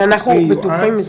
יואב,